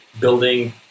building